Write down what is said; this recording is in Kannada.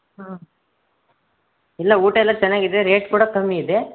ಹಾಂ ಇಲ್ಲ ಊಟ ಎಲ್ಲ ಚೆನ್ನಾಗಿದೆ ರೇಟ್ ಕೂಡ ಕಮ್ಮಿ ಇದೆ